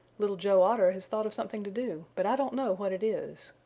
little joe otter has thought of something to do, but i don't know what it is.